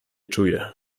czuję